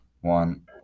one